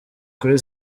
kuri